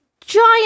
giant